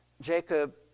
Jacob